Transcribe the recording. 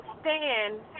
stand